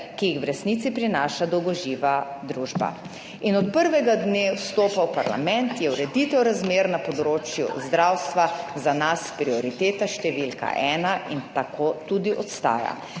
ki jih v resnici prinaša dolgoživa družba. In od prvega dne vstopa v parlament je ureditev razmer na področju zdravstva za nas prioriteta številka ena in tako tudi ostaja